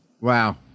Wow